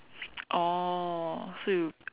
oh so you